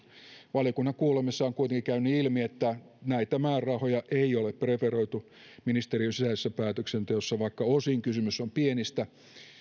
valiokunnan kuulemisissa on kuitenkin käynyt ilmi että näitä määrärahoja ei ole preferoitu ministeriön sisäisessä päätöksenteossa vaikka osin kysymys on pienistä